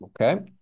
Okay